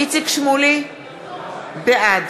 איציק שמולי, בעד